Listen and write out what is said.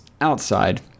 outside